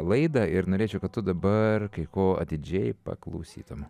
laidą ir norėčiau kad tu dabar kai ko atidžiai paklausytum